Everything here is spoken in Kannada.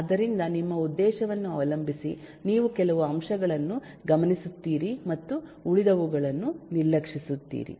ಆದ್ದರಿಂದ ನಿಮ್ಮ ಉದ್ದೇಶವನ್ನು ಅವಲಂಬಿಸಿ ನೀವು ಕೆಲವು ಅಂಶಗಳನ್ನು ಗಮನಿಸುತ್ತೀರಿ ಮತ್ತು ಉಳಿದವುಗಳನ್ನು ನಿರ್ಲಕ್ಷಿಸುತ್ತೀರಿ